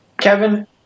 Kevin